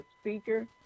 speaker